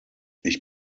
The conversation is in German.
ich